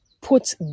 put